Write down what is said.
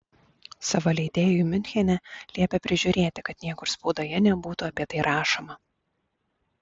savo leidėjui miunchene liepė prižiūrėti kad niekur spaudoje nebūtų apie tai rašoma